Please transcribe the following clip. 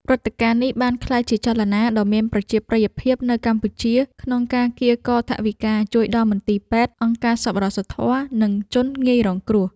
ព្រឹត្តិការណ៍នេះបានក្លាយជាចលនាដ៏មានប្រជាប្រិយភាពនៅកម្ពុជា ក្នុងការកៀរគរថវិកាជួយដល់មន្ទីរពេទ្យ អង្គការសប្បុរសធម៌ និងជនងាយរងគ្រោះ។